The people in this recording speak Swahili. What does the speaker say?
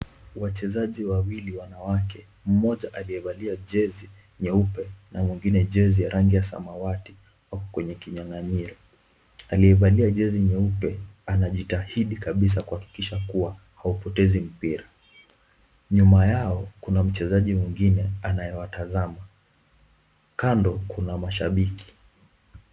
Wachezaji wawili wanawake, mmoja aliyevalia jezi nyeupe, na mwengine jezi ya rangi ya samawati, wako kwenye kinyang'anyiro. Aliyevalia jezi nyeupe, anahakikisha kuwa haupotezi mpira. Nyuma yao kuna mchezaji mwingine anaye watazama kando kuna mashabiki.